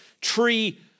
tree